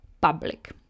public